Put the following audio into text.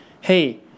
Hey